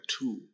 two